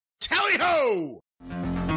Tally-ho